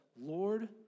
Lord